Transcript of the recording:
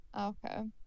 Okay